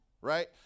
right